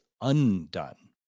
undone